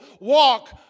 walk